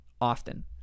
often